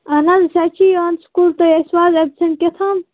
اَہَن حظ أسۍ حظ چھِ یِوان سکوٗل تُہۍ ٲسوٕ اَز اٮ۪بسینٛٹ کیٛاہتام